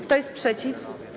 Kto jest przeciw?